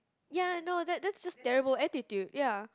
ya I know that that's just terrible attitude ya